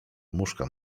muszka